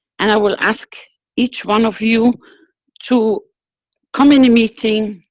and i will ask each one of you to come in the meeting,